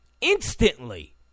instantly